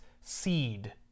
seed